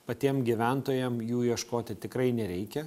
patiem gyventojam jų ieškoti tikrai nereikia